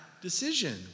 decision